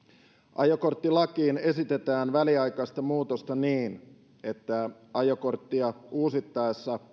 ajokorttilakiin esitetään väliaikaista muutosta niin että ajokorttia uusittaessa